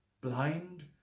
blind